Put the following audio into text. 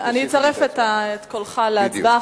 אני אצרף את קולך להצבעה.